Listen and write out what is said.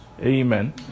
Amen